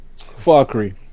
fuckery